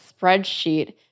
spreadsheet